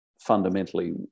fundamentally